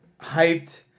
hyped